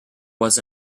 was